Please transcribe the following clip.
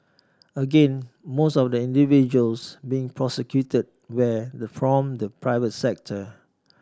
again most of individuals being prosecuted were the the private sector